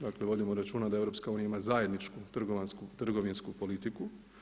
Dakle, vodimo računa da EU ima zajedničku trgovinsku politiku.